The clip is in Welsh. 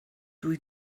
dwi